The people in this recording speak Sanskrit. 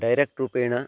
डैरेक्ट् रूपेण